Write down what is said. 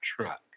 truck